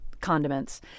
condiments